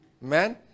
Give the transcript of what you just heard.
man